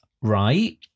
right